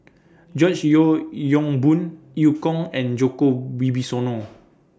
George Yeo Yong Boon EU Kong and Djoko Wibisono